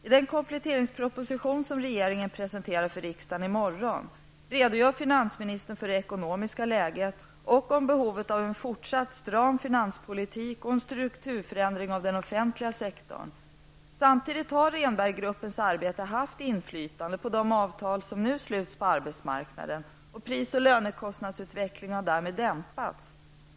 I den kompletteringsproposition som regeringen presenterar för riksdagen i morgon redogör finansministern för det ekonomiska läget och om behovet av en fortsatt stram finanspolitik och en strukturförändring av den offentliga sektorn. Samtidigt har Rehnberg-gruppens arbete haft inflytande på de avtal som nu sluts på arbetsmarknaden, och pris och lönekostnadsutvecklingen har därmed dämpats.